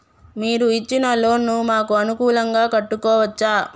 మీరు ఇచ్చిన లోన్ ను మాకు అనుకూలంగా కట్టుకోవచ్చా?